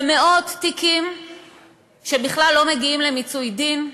אלה מאות תיקים שבכלל לא מגיעים למיצוי דין,